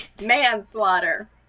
manslaughter